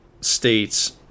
states